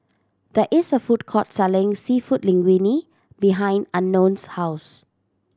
there is a food court selling Seafood Linguine behind Unknown's house